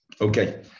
Okay